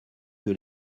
que